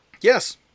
yes